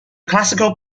classical